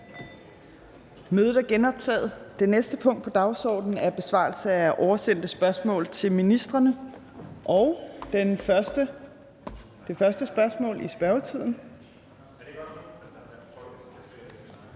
Mødet er åbnet. --- Det næste punkt på dagsordenen er: 2) Besvarelse af oversendte spørgsmål til ministrene (spørgetid).